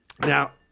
Now